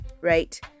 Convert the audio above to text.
right